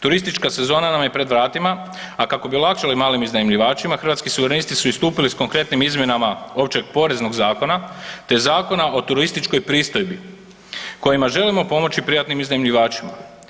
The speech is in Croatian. Turistička sezona nam je pred vratima a kako bi olakšali malim iznajmljivačima, Hrvatski suverenisti su istupili s konkretnim izmjenama Općeg poreznog zakona te Zakona o turističkoj pristojbi kojima želimo pomoći privatnim iznajmljivačima.